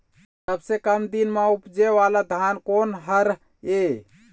सबसे कम दिन म उपजे वाला धान कोन हर ये?